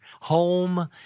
home